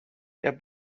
der